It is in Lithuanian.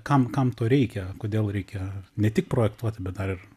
kam kam to reikia kodėl reikia ne tik projektuoti bet dar ir